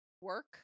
work